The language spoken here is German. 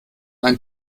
ein